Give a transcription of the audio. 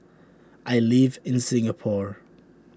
I live in Singapore